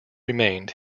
remained